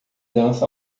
dança